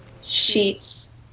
sheets